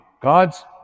God's